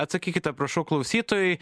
atsakykite prašau klausytojui